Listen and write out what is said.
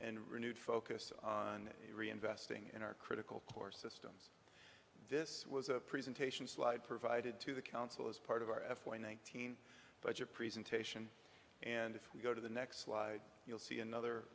and renewed focus on reinvesting in our critical core system this was a presentation slide provided to the council as part of our f one one thousand budget presentation and if we go to the next slide you'll see another